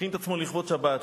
הכין את עצמו לכבוד שבת,